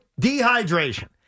dehydration